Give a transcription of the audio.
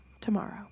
tomorrow